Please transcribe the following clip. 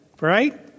Right